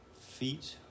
feet